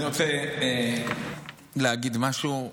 אני רוצה להגיד משהו.